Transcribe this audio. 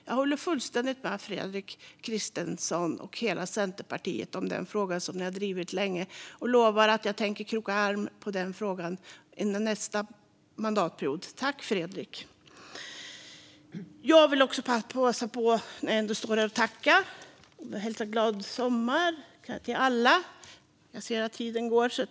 Jag håller fullständigt med Fredrik Christensson och hela Centerpartiet i denna fråga, som ni har drivit länge, och lovar att jag tänker kroka arm med er i frågan under nästa mandatperiod. Tack, Fredrik! Jag vill också passa på att tacka och hälsa alla en glad sommar.